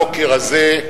הבוקר הזה,